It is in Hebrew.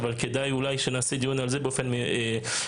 אבל אולי כדאי שנקיים על כך דיון מיוחד,